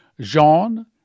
Jean